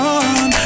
on